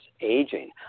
Aging